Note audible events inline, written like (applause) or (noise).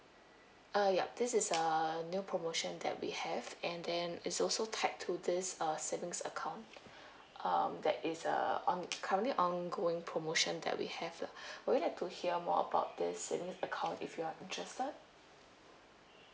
uh ya this is a new promotion that we have and then it's also tied to this uh savings account (breath) um that is uh on~ currently ongoing promotion that we have lah (breath) will you like to hear more about this a call if you're interested